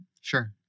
Sure